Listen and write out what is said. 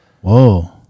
whoa